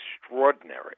extraordinary